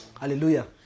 Hallelujah